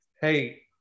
Hey